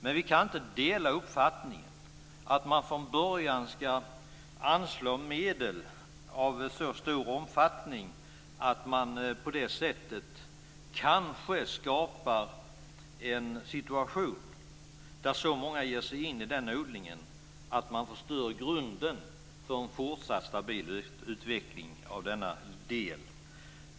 Men vi kan inte dela uppfattningen att man från början ska anslå medel av så stor omfattning att man på det sättet kanske skapar en situation där så många ger sig in i ekologisk odling att man förstör grunden för en fortsatt stabil utveckling av denna del.